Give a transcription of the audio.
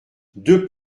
deux